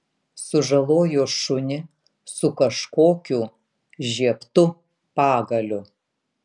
sužalojo šunį su kažkokiu žiebtu pagaliu